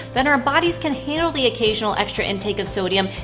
then our bodies can handle the occasional extra intake of sodium,